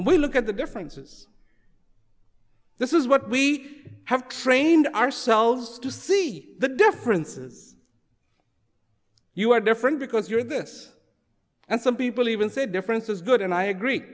e look at the differences this is what we have trained ourselves to see the differences you are different because you're this and some people even said differences good and i agree